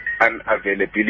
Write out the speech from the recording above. unavailability